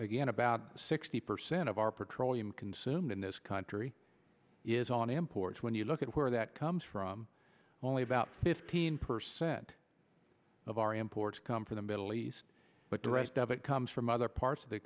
gain about sixty percent of our petroleum consumed in this country is on imports when you look at where that comes from only about fifteen percent of our imports come from the middle east but the rest of it comes from other parts of the